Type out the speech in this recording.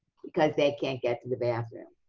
because they can't get to the bathroom.